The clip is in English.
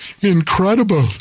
incredible